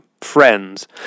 friends